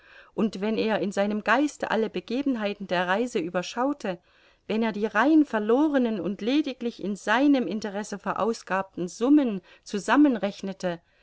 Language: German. und wenn er in seinem geiste alle begebenheiten der reise überschaute wenn er die rein verlorenen und lediglich in seinem interesse verausgabten summen zusammenrechnete